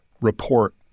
report